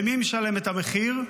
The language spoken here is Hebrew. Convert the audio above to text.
ומי משלם את המחיר?